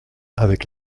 avec